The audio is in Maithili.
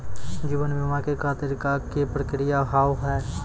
जीवन बीमा के खातिर का का प्रक्रिया हाव हाय?